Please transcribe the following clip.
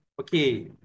okay